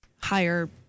higher